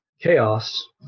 Chaos